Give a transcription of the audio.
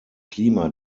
klima